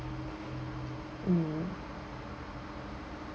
mm